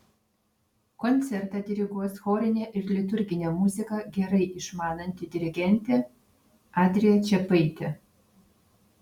koncertą diriguos chorinę ir liturginę muziką gerai išmananti dirigentė adrija čepaitė